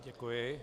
Děkuji.